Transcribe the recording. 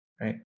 right